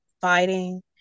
fighting